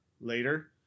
later